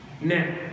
Now